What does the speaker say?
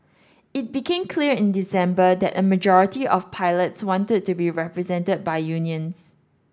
it became clear in December that a majority of pilots wanted to be represented by unions